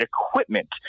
equipment